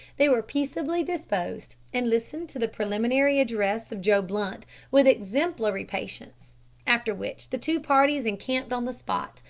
they were peaceably disposed, and listened to the preliminary address of joe blunt with exemplary patience after which the two parties encamped on the spot,